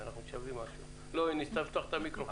המשמש אחראי על הבטיחות אצל ספק הגז,